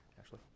Ashley